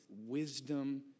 wisdom